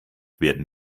werden